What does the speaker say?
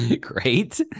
Great